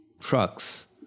trucks